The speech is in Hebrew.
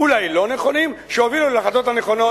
אולי לא נכונים, שהובילו להחלטות הנכונות.